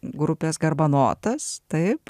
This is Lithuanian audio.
grupės garbanotas taip